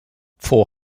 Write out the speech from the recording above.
for